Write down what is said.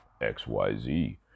X-Y-Z